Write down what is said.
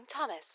Thomas